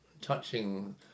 touching